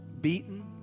Beaten